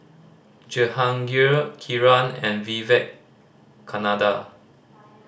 Jehangirr Kiran and Vivekananda